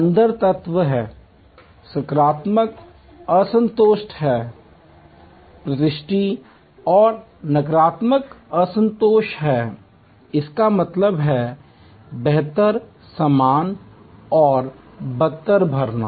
अंदर तत्व हैं सकारात्मक असंतोष हैं पुष्टि और नकारात्मक असंतोष हैं इसका मतलब है बेहतर समान और बदतर भरना